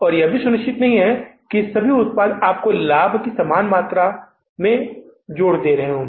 और यह भी सुनिश्चित नहीं है कि सभी लाभ उत्पाद आपको लाभ की समान मात्रा में जोड़ रहे हैं